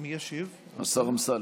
השר אמסלם,